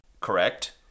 Correct